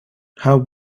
how